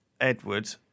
Edward